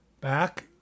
back